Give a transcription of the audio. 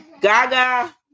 Gaga